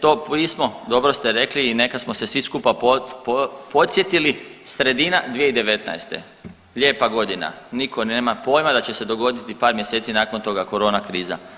To pismo dobro ste rekli i neka smo se svi skupa podsjetili, sredina 2019., lijepa godina, niko nema pojma da će se dogoditi par mjeseci nakon toga korona kriza.